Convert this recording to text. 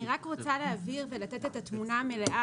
אני רק רוצה להבהיר ולתת את התמונה המלאה,